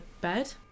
bed